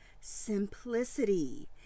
Simplicity